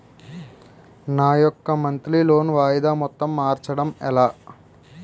నా యెక్క monthly loan వాయిదా మొత్తం మార్చడం ఎలా?